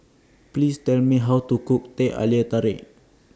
Please Tell Me How to Cook Teh Halia Tarik